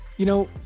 you know,